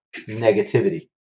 negativity